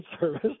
service